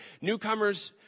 newcomers